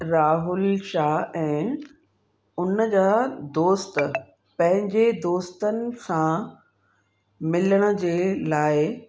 राहुल शाह ऐं उन जा दोस्त पंहिंजे दोस्तनि सां मिलण जे लाइ